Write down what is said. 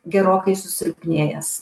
gerokai susilpnėjęs